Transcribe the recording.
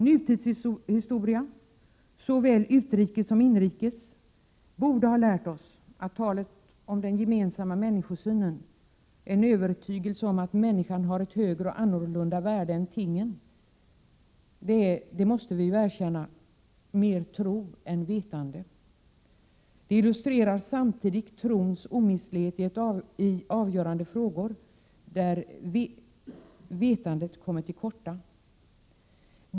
Nutidshistoria, såväl utrikes som inrikes, borde ha lärt oss att talet om den gemensamma människosynen, en övertygelse om att människan har ett = Prot. 1987/88:136 högre och annorlunda värde än tingen — det måste vi ju erkänna — mera = 8 juni 1988 handlar om tro än om vetande. Det illustrerar samtidigt trons omistlighet i 3 3 avgörande frågor, där vetandet kommer till korta.